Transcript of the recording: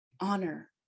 honor